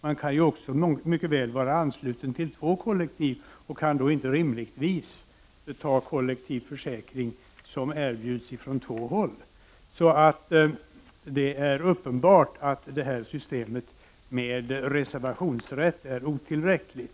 Man kan ju också mycket väl vara ansluten till två kollektiv och kan då inte rimligtvis omfattas av kollektiva försäkringar som erbjuds från båda dessa håll. Det är uppenbart att systemet med reservationsrätt är otillräckligt.